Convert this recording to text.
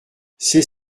c’est